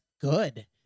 good